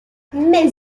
mais